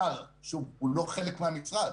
השר הוא לא חלק מהמשרד,